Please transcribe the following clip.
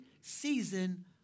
season